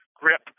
grip